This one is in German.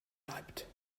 bleibt